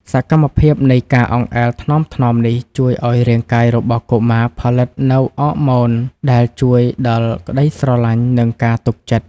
សកម្មភាពនៃការអង្អែលថ្នមៗនេះ ជួយឱ្យរាងកាយរបស់កុមារផលិតនូវអរម៉ូនដែលជួយដល់ក្ដីស្រឡាញ់ និងការទុកចិត្ត